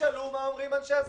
תשאלו מה אומרים אנשי עסקים.